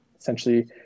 Essentially